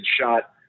shot